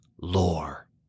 lore